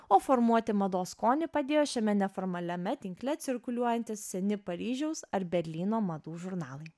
o formuoti mados skonį padėjo šiame neformaliame tinkle cirkuliuojantys seni paryžiaus ar berlyno madų žurnalai